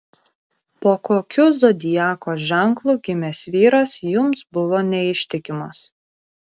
po kokiu zodiako ženklu gimęs vyras jums buvo neištikimas